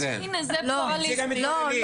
נציג המתבוללים.